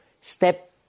step